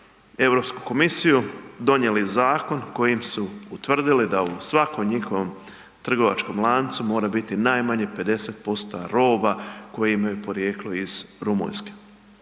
Europsku komisiju, donijeli zakon kojim su utvrdili da u svakom njihovom trgovačkom lancu mora biti najmanje 50% roba koje imaju porijeklo iz Rumunjske.